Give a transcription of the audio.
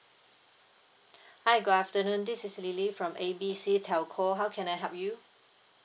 hi good afternoon this is lily from A B C telco how can I help you